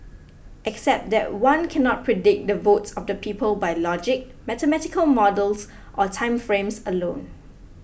except that one cannot predict the votes of the people by logic mathematical models or time frames alone